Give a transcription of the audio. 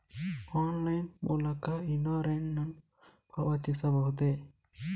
Online ಮೂಲಕ insurance ನ್ನು ಪಾವತಿಸಬಹುದೇ?